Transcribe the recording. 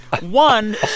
One